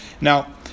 Now